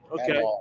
Okay